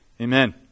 Amen